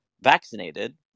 vaccinated